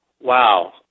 wow